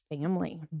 family